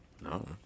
No